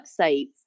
websites